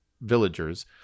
villagers